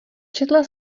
četla